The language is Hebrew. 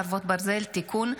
חרבות ברזל) (תיקון),